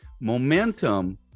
Momentum